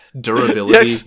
durability